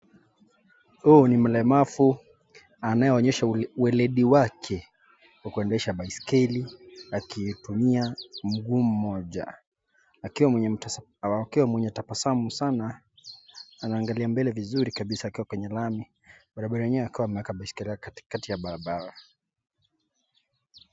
Huu ni mlemavu anayeonyesha uweledi wake akiendesha basikeli,!a mguu moja akiwa anatabasamu sana anangalia mbele, vizuri akiwa kwenye lami barabara enyewe ameshikilia katikati ya barabara.